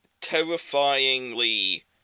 terrifyingly